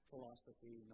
Philosophy